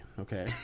okay